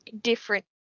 different